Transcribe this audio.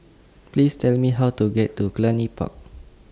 Please Tell Me How to get to Cluny Park